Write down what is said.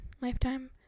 Lifetime